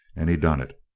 and he done it!